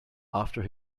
after